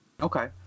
Okay